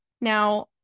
Now